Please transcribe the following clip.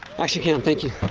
actually can thank you.